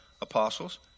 apostles